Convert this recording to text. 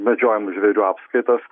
medžiojamų žvėrių apskaitos